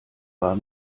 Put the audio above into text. war